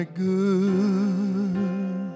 good